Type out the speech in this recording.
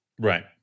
Right